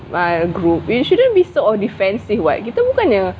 uh group you shouldn't be sort of defensive [what] kita bukan punya